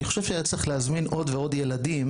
אני חושב שצריך להזמין עוד ועוד ילדים,